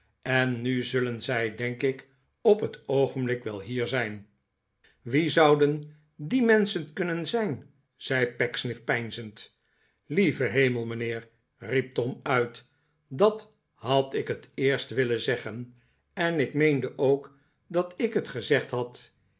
en nu zullen zij denk ik op het oogenblik wel hier zijn wie zouden die menschen kunnen zijn zei pecksniff peinzend lieve hemel mijnheer riep tom uit dat had ik het eerst willen zeggen en ik meende ook dat ik het gezegd had